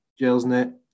Gelsnet